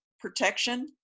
protection